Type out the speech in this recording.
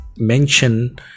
mention